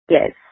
Yes